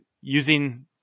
using